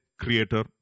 creator